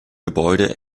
gebäude